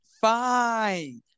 Fine